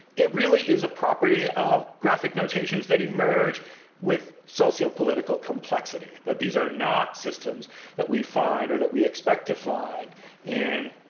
it really is a property of graphic notations that emerge with sociopolitical complexity that these are not systems that we find or that we expect to find in